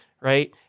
right